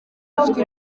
rufite